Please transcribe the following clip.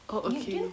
oh ookay